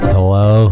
Hello